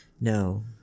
No